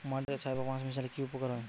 মাটিতে ছাই বা পাঁশ মিশালে কি উপকার হয়?